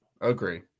Agree